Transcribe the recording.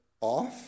off